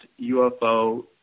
UFO